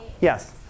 Yes